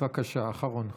בבקשה, אחרון.